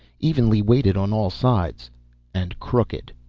evenly weighted on all sides and crooked.